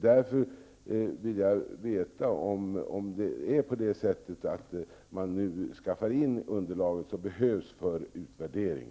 Därför vill jag få ett besked huruvida regeringen tänker skaffa fram det underlag som behövs för en utvärdering.